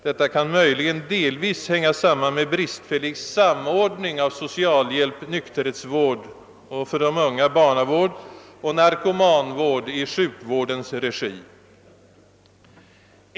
Detta kan möjligen delvis hänga samman med bristfällig samordning av socialhjälp, nykterhetsvård och för de unga barnavård samt narkomanvård i sjukvårdens regi.